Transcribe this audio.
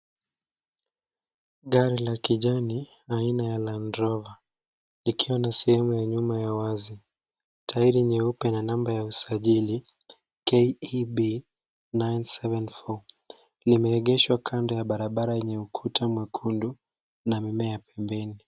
Gari la kijani aina ya Land Rover ikiwa na sehemu ya nyuma ya wazi, tairi nyeupe na namba ya usajili KEB 974. Limeegeshwa kando ya barabara yenye ukuta mwekundu na mimea pembeni.